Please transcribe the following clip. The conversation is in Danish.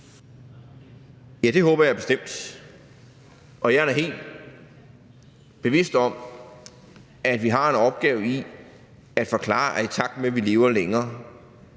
(V): Det håber jeg da bestemt, og jeg er da helt bevidst om, at vi har en opgave i at forklare, at i takt med at vi lever længere,